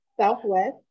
Southwest